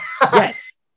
Yes